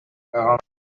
quarante